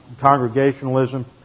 Congregationalism